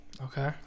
Okay